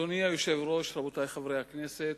אדוני היושב-ראש, רבותי חברי הכנסת,